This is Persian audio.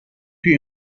توی